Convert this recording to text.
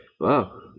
wow